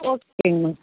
ஓகேங்க மேம்